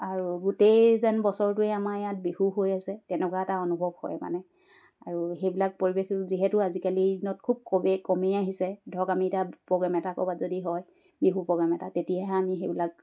আৰু গোটেই যেন বছৰটোৱে আমাৰ ইয়াত বিহু হৈ আছে তেনেকুৱা এটা অনুভৱ হয় মানে আৰু সেইবিলাক পৰিৱেশ যিহেতু আজিকালি দিনত খুব কমেই কমি আহিছে ধৰক আমি এতিয়া প্ৰগেম এটা ক'ৰবাত যদি হয় বিহু প্ৰগ্ৰেম এটা তেতিয়াহে আমি সেইবিলাক